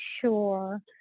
sure